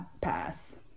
pass